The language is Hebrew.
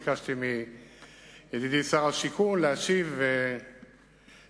ביקשתי מידידי שר השיכון להשיב בשמנו